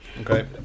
Okay